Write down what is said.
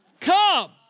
Come